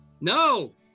No